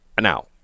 Now